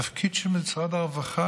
התפקיד של משרד הרווחה,